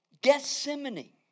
Gethsemane